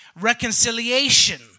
reconciliation